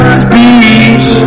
speech